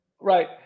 Right